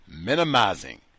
minimizing